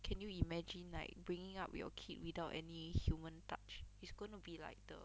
can you imagine like bringing up your kid without any human touch is gonna be like the